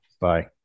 bye